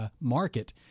market